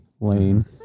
lane